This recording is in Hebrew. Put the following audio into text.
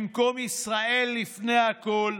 במקום "ישראל לפני הכול",